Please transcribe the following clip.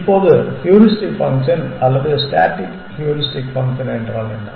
இப்போது heuristic function அல்லது static heuristic function என்றால் என்ன